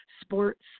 sports